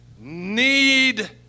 need